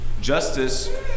Justice